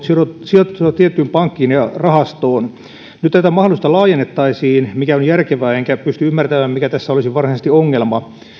sidottuna tiettyyn pankkiin ja rahastoon nyt tätä mahdollisuutta laajennettaisiin mikä on järkevää enkä pysty ymmärtämään mikä tässä olisi varsinaisesti ongelma